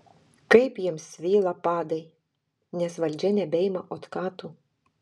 kaip jiems svyla padai nes valdžia nebeima otkatų